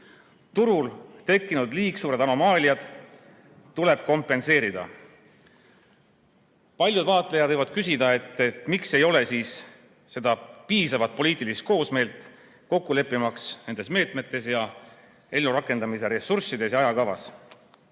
Turul tekkinud liigsuured anomaaliad tuleb kompenseerida. Paljud vaatlejad võivad küsida, miks ei ole seda piisavat poliitilist koosmeelt kokku leppimaks nendes meetmetes, nende ellurakendamise ressurssides ja ajakavas.